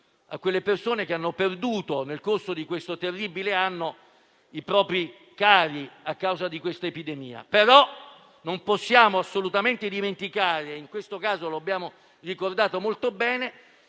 quelle persone che hanno perduto, nel corso di questo terribile anno, i propri cari a causa di questa epidemia. Tuttavia non possiamo assolutamente dimenticare - e in questo caso lo abbiamo ricordato molto bene